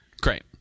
Great